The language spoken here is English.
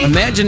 Imagine